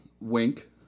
wink